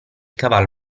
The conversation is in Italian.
caval